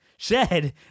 Shed